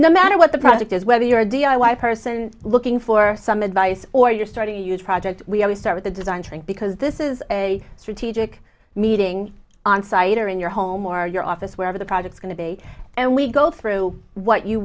no matter what the project is whether you're a d i y person looking for some advice or you're starting a huge project we always start with the design because this is a strategic meeting onsite or in your home or your office wherever the project's going to be and we go through what you